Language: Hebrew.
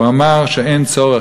הוא אמר שאין צורך,